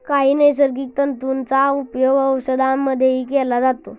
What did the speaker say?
काही नैसर्गिक तंतूंचा उपयोग औषधांमध्येही केला जातो